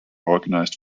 organised